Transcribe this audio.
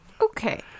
Okay